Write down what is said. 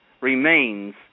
remains